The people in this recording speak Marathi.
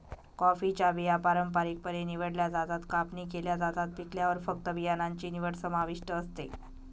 कॉफीच्या बिया पारंपारिकपणे निवडल्या जातात, कापणी केल्या जातात, पिकल्यावर फक्त बियाणांची निवड समाविष्ट असते